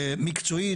מקצועית,